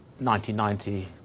1990